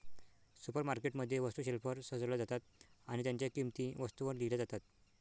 supermarket मध्ये, वस्तू शेल्फवर सजवल्या जातात आणि त्यांच्या किंमती वस्तूंवर लिहिल्या जातात